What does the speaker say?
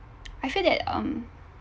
I feel that um